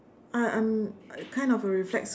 I'm I'm kind of a reflex